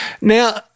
Now